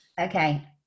okay